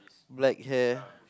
black hair